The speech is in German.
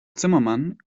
zimmermann